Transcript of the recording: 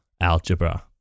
algebra